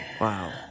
Wow